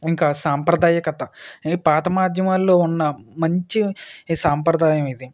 ఇంకా సాంప్రదాయకత ఇవి పాత మాధ్యమాలలో ఉన్న మంచి సాంప్రదాయం ఇది